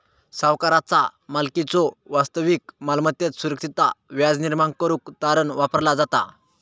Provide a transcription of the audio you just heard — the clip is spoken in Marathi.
सावकाराचा मालकीच्यो वास्तविक मालमत्तेत सुरक्षितता व्याज निर्माण करुक तारण वापरला जाता